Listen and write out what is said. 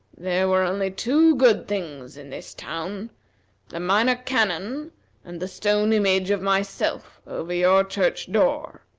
there were only two good things in this town the minor canon and the stone image of myself over your church-door.